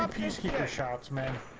um peacekeeper shops may